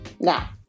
Now